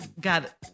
got